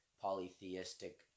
polytheistic